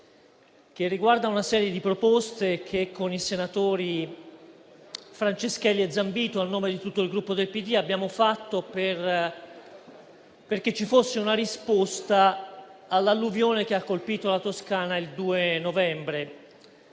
che riguarda una serie di proposte che con i senatori Franceschelli e Zambito, a nome di tutto il Gruppo PD, abbiamo avanzato affinché vi fosse una risposta all'alluvione che ha colpito la Toscana il 2 novembre.